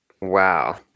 wow